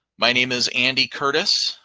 my name is andy curtis.